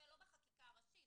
זה לא בחקיקה הראשית,